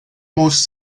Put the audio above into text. most